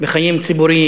בחיים הציבוריים.